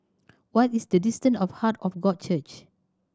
what is the distant of Heart of God Church